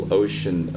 ocean